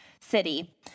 city